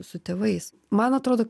su tėvais man atrodo